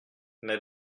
mais